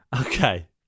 okay